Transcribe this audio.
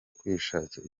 kwishakamo